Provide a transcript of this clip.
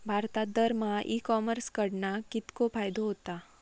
भारतात दरमहा e commerce कडणा कितको फायदो होता?